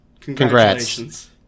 Congratulations